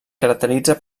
caracteritza